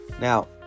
Now